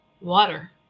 water